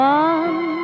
one